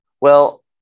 well-